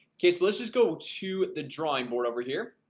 okay. so let's just go to the drawing board over here